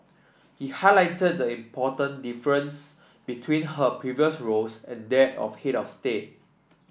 he highlighted the important difference between her previous roles and that of head of state